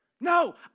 No